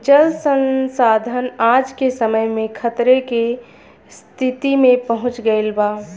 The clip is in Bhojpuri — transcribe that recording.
जल संसाधन आज के समय में खतरे के स्तिति में पहुँच गइल बा